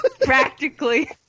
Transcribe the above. Practically